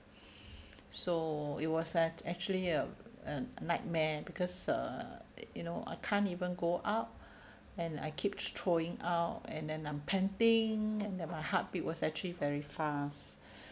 so it was act~ actually a a nightmare because uh you know I can't even go out and I keep throwing out and then I'm panting and then my heartbeat was actually very fast